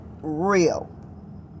real